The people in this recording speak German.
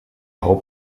pro